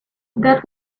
that